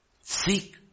Seek